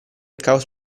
caos